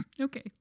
Okay